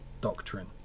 doctrine